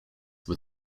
were